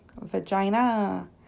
vagina